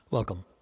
Welcome